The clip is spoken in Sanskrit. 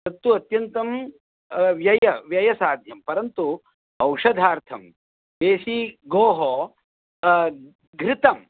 तत्तु अत्यन्तं व्यय व्ययसाध्यं परन्तु औषधार्थं देसीगोः घृतम्